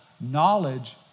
knowledge